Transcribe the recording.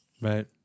Right